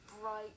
bright